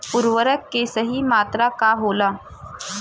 उर्वरक के सही मात्रा का होला?